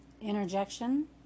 Interjection